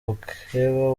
mukeba